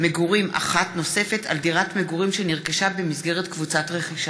מגורים אחת נוספת על דירת מגורים שנרכשה במסגרת קבוצת רכישה),